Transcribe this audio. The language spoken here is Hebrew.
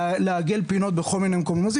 לעגל פינות בכל מיני מקומות.